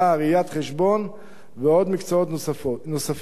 ראיית חשבון ומקצועות נוספים.